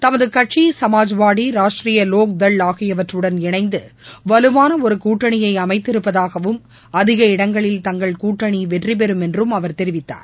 தமது கட்சி சமாஜ்வாதி ராஷ்ட்ரீய லோக்தள் ஆகியவற்றுடன் இணைந்து வலுவான ஒரு கூட்டணியை அமைத்திருப்பதாகவும் அதிகஇடங்களில் தங்கள் கூட்டணி வெற்றி பெறும் என்றும் அவர் தெரிவித்தார்